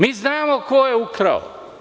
Mi znamo ko je ukrao.